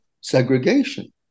segregation